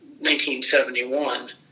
1971